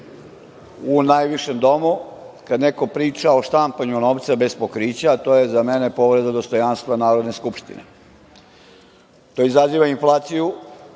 u najvišem domu, kad neko priča o štampanju novca bez pokrića, to je za mene povreda dostojanstva Narodne skupštine. To izaziva inflaciju,